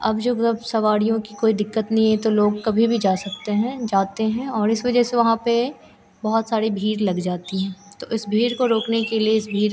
अब जब अब सवारियों की कोई दिक्कत नहीं है तो लोग कभी भी जा सकते हैं जाते है और इस वज़ह से वहाँ पर बहुत सारी भीड़ लग जाती है तो इस भीड़ को रोकने के लिए इस भीड़